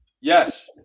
Yes